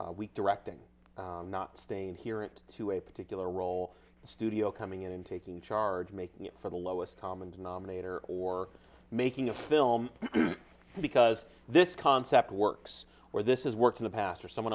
e directing not staying here it to a particular role in the studio coming in and taking charge making it for the lowest common denominator or making a film because this concept works or this is work in the past or someone